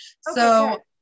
So-